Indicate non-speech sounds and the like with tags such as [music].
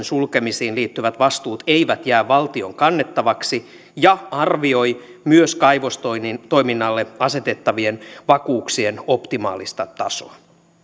[unintelligible] sulkemisiin liittyvät vastuut eivät jää valtion kannettavaksi ja arvioi myös kaivostoiminnalle asetettavien vakuuksien optimaalista tasoa